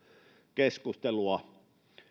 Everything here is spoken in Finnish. keskustelua